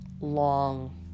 long